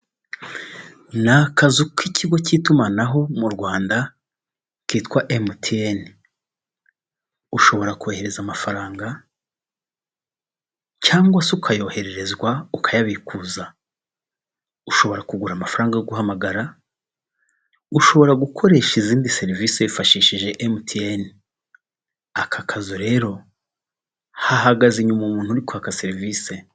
Ni akazu k'ikigo cy'itumanaho mu Rwanda kitwa MTN. Ushobora kohereza amafaranga cyangwa se ukayohererezwa ukayabikuza, ushobora kugura amafaranga yo guhamagara, ushobora gukoresha izindi serivisi wifashishije MTN. Aka kazu rero, hahagaze inyuma umuntu uri kwaka serivise.